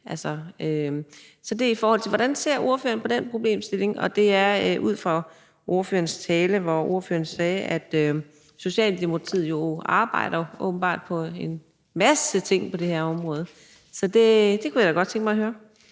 noget om mænd. Så hvordan ser ordføreren på den problemstilling? Og det er ud fra ordførerens tale, hvor ordføreren sagde, at Socialdemokratiet åbenbart arbejder på en masse ting på det her område, at jeg godt tænke mig at høre